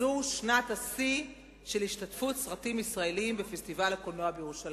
זו שנת שיא של השתתפות סרטים ישראליים בפסטיבל הקולנוע בירושלים.